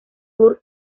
sur